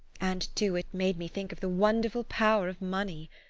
and, too, it made me think of the wonderful power of money!